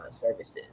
services